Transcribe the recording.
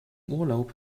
urlaub